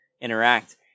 interact